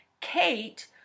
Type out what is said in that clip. Kate